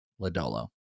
Ladolo